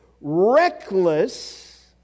reckless